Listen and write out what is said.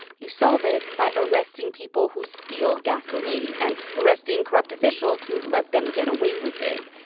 you solve it by arresting people who steal gasoline and arresting corrupt officials who let them get away with it.